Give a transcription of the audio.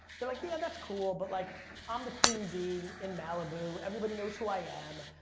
they're like, yeah that's cool but like i'm the queen bee in malibu. everybody knows who i am,